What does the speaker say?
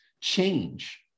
change